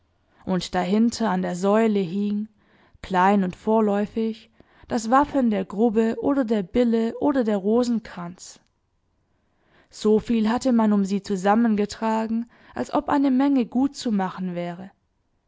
und dahinter an der säule hing klein und vorläufig das wappen der grubbe oder der bille oder der rosenkrantz so viel hatte man um sie zusammengetragen als ob eine menge gutzumachen wäre